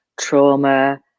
trauma